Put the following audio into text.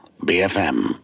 BFM